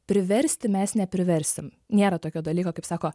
priversti mes nepriversim nėra tokio dalyko kaip sako